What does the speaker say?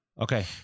Okay